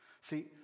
See